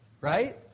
right